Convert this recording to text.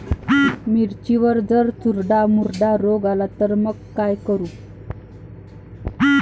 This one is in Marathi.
मिर्चीवर जर चुर्डा मुर्डा रोग आला त मंग का करू?